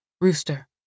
Rooster